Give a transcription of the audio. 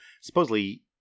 Supposedly